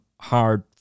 hard